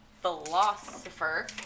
philosopher